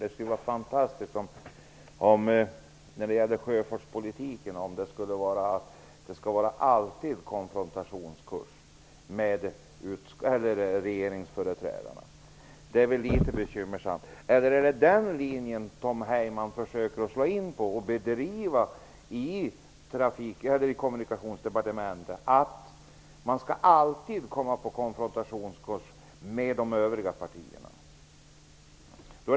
Det skulle vara fantastiskt om det på sjöfartspolitikens område alltid skulle bli konfrontationer med företrädare för regeringspartierna. Försöker Tom Heyman slå in på linjen att, på Kommunikationsdepartementets område, regeringspartierna alltid skall vara på kollisionskurs med de övriga partierna?